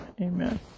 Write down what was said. Amen